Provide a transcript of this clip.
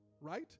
right